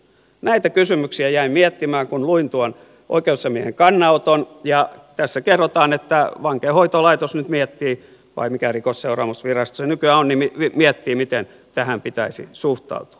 näitä kysymyksiä jäin miettimään kun luin tuon oikeusasiamiehen kannanoton ja tässä kerrotaan että vankeinhoitolaitos vai mikä rikosseuraamusvirasto se nykyään on nyt miettii miten tähän pitäisi suhtautua